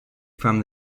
from